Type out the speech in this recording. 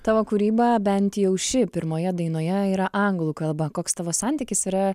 tavo kūryba bent jau ši pirmoje dainoje yra anglų kalba koks tavo santykis yra